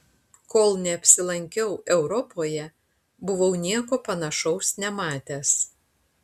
kol neapsilankiau europoje buvau nieko panašaus nematęs